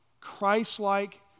Christ-like